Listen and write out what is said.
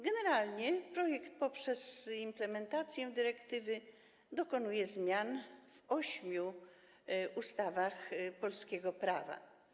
Generalnie projekt poprzez implementację dyrektywy dokonuje zmian w ośmiu ustawach polskiego prawa.